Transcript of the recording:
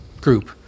Group